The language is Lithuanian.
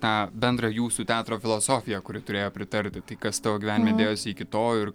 tą bendrą jūsų teatro filosofiją kuri turėjo pritarti tai kas tavo gyvenime dėjosi iki to ir